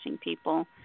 people